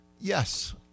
Yes